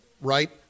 right